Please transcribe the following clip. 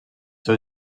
seu